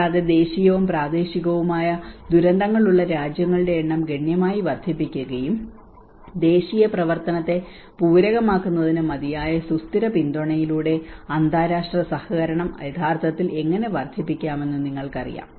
കൂടാതെ ദേശീയവും പ്രാദേശികവുമായ ദുരന്തങ്ങളുള്ള രാജ്യങ്ങളുടെ എണ്ണം ഗണ്യമായി വർദ്ധിപ്പിക്കുകയും ദേശീയ പ്രവർത്തനത്തെ പൂരകമാക്കുന്നതിന് മതിയായ സുസ്ഥിര പിന്തുണയിലൂടെ അന്താരാഷ്ട്ര സഹകരണം യഥാർത്ഥത്തിൽ എങ്ങനെ വർദ്ധിപ്പിക്കാമെന്ന് നിങ്ങൾക്കറിയാം